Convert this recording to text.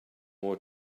more